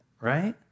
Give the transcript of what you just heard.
right